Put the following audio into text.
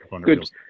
Good